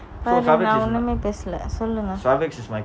பாரு நான் ஒன்னுமே பேசல சொல்லுங்க:paaru naan onumey peasala solunga